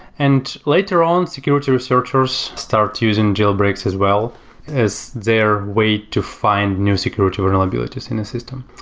and later on, security researchers start using jailbreaks as well as their way to find new security vulnerabilities in a system.